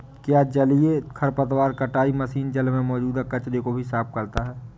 क्या जलीय खरपतवार कटाई मशीन जल में मौजूद कचरे को भी साफ करता है?